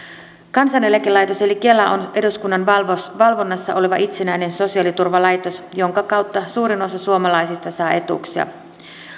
kansaneläkelaitos eli kela on eduskunnan valvonnassa valvonnassa oleva itsenäinen sosiaaliturvalaitos jonka kautta suurin osa suomalaisista saa etuuksia